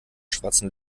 schwarzen